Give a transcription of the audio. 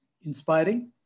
inspiring